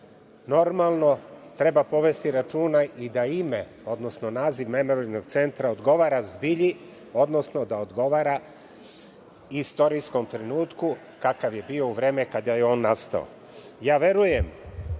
Normalno, treba povesti računa i da ime, odnosno naziv memorijalnog centra odgovara zbilji, odnosno da odgovara istorijskom trenutku kakav je bio u vreme kada je on nastao. Ja verujem